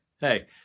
hey